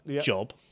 job